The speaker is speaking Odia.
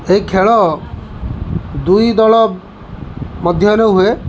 ଏହି ଖେଳ ଦୁଇ ଦଳ ମଧ୍ୟରେ ହୁଏ